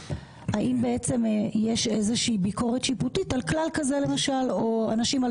האם יש איזושהי ביקורת שיפוטית על כלל כזה למשל או האם אנשים על